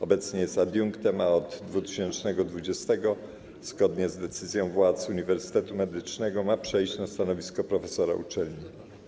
Obecnie jest adiunktem, a w 2020 r., zgodnie z decyzją władz Uniwersytetu Medycznego, ma przejść na stanowisko profesora uczelni.